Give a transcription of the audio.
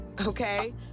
Okay